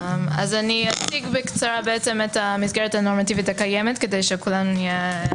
אני אציג בקצרה את המסגרת הנורמטיבית הקיימת כדי שהרקע יהיה